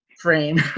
frame